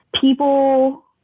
people